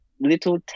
little